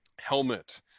helmet